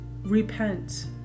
Repent